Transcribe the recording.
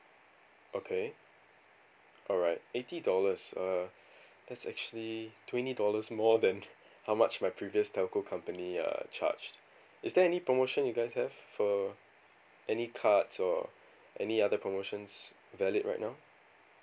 okay alright eighty dollars uh that's actually twenty dollars more than how much my previous telco company uh charged is there any promotion you guys have for any cards or any other promotions valid right now